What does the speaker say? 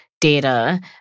Data